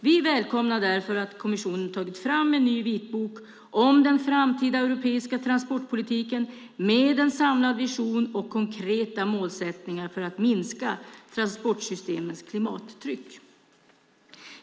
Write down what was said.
Vi välkomnar därför att kommissionen har tagit fram en ny vitbok om den framtida europeiska transportpolitiken med en samlad vision och konkreta målsättningar för att minska transportsystemets klimattryck.